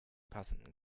passenden